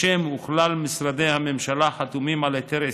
בשם כלל משרדי הממשלה, חתומים על היתר עסקה,